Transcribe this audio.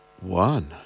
one